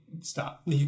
stop